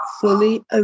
fully